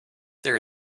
there